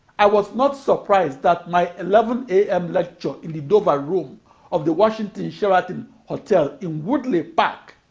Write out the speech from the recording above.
i was not surprised that my eleven a m. lecture in the dover room of the washington sheraton hotel in woodley park